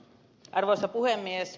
arvoisa puhemies